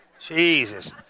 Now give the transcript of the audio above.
Jesus